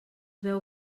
veu